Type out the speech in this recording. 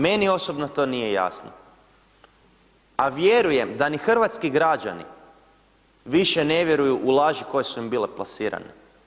Meni osobno to nije jasno, a vjerujem da ni hrvatski građani više ne vjeruju u laži koje su im bile plasirane.